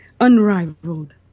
unrivaled